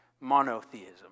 monotheism